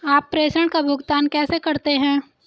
आप प्रेषण का भुगतान कैसे करते हैं?